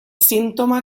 símptoma